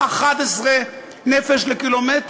11 נפש לק"מ.